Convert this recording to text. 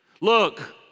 Look